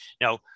Now